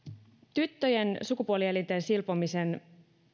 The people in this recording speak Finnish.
tyttöjen sukupuolielinten silpomisen